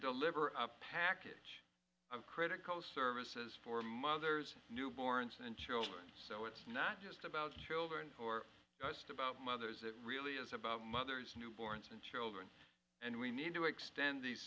deliver a package of critical services for mothers newborns and children so it's not just about just about mothers it really is about mothers newborns and children and we need to extend these